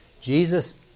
Jesus